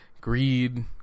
greed